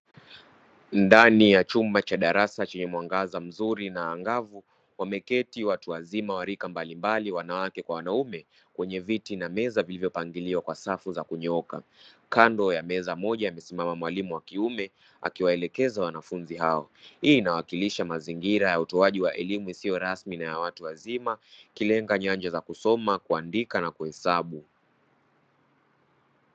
Ndani ya chumba cha darasa chenye mwangaza mzuri na angavu, wameketi watu wazima wa rika mbalimbali wanawake kwa wanaume kwenye viti na meza vilivyopangiliwa kwa safu za kunyooka, kando ya meza moja amesimama mwalimu wa kiume akiwaelekeza wanafunzi hao, hii inawakilisha mazingira ya utoaji wa elimu isiyo rasmi na ya watu wazima ikilenga nyanja ya kusoma, kuandika na kuhesabu.